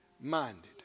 minded